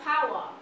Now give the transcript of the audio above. power